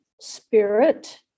spirit